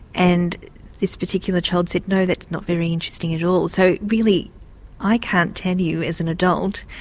and this particular child said, no, that's not very interesting at all so really i can't tell you, as an adult,